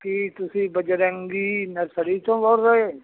ਕੀ ਤੁਸੀਂ ਬਜਰੰਗੀ ਨਰਸਰੀ ਚੋਂ ਬੋਲ ਰਹੇ